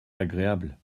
agréable